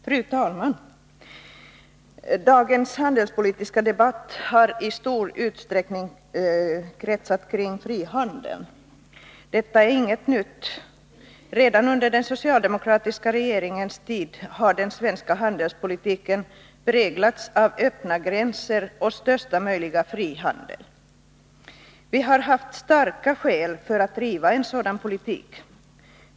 Fru talman! Dagens handelspolitiska debatt har i stor utsträckning kretsat kring frihandeln. Detta är inget nytt. Redan under den socialdemokratiska regeringens tid präglades den svenska handelspolitiken av öppna gränser och största möjliga frihandel. Vi har haft starka skäl för att driva en sådan politik.